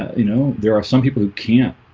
you know there are some people who can't,